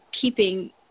keeping